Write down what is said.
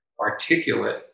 articulate